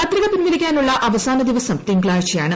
പത്രിക പിൻവലിക്കാരുള്ള് അവസാന ദിവസം തിങ്കളാഴ്ചയാണ്